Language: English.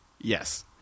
Yes